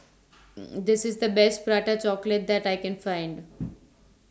This IS The Best Prata Chocolate that I Can Find